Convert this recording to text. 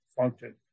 function